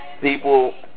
people